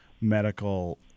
medical